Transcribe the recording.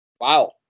Wow